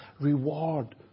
reward